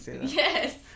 yes